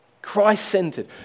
Christ-centered